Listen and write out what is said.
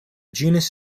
genus